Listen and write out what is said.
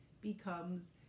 becomes